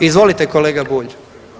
Izvolite kolega Bulj.